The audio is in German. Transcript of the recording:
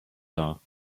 dar